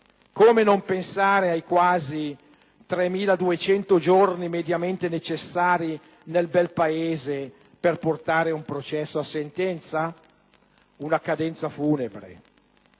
come non pensare ai quasi 3.200 giorni mediamente necessari nel Belpaese per portare un processo a sentenza? Una cadenza funebre,